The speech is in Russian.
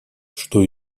что